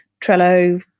Trello